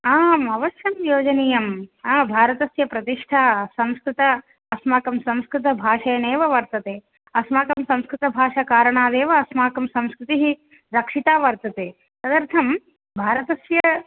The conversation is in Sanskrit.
आम् अवश्यं योजनीयं भारतस्य प्रतिष्ठा संस्कृतं अस्माकं संस्कृतभाषेनैव वर्तते अस्माकं संस्कृतभाषाकारणादेव अस्माकं संस्कृतिः रक्षिता वर्तते तदर्थं भारतस्य